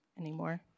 anymore